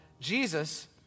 Jesus